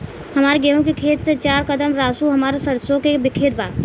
हमार गेहू के खेत से चार कदम रासु हमार सरसों के खेत बा